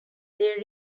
they